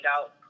out